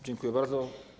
Dziękuję bardzo.